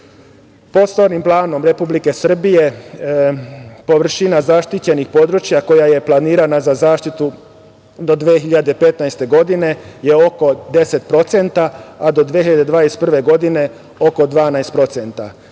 planom Republike Srbije površina zaštićenih područja koja je planirana za zaštitu do 2015. godine je oko 10%, a do 2021. godine oko 12%.